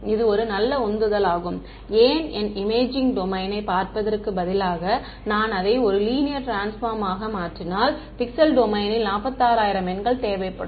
எனவே இது ஒரு நல்ல உந்துதலாகும் ஏன் என் இமேஜிங் டொமைனைப் பார்ப்பதற்குப் பதிலாக நான் அதை ஒரு லீனியர் ட்ரான்ஸ்பார்ம் ஆக மாற்றினால் பிக்சல் டொமைனில் 46000 எண்கள் தேவைப்படும்